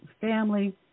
family